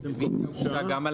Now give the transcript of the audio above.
הרביזיה הוגשה גם על